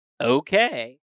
Okay